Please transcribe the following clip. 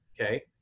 okay